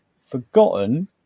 forgotten